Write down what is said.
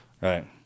Right